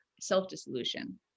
self-dissolution